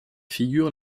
figure